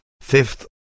fifth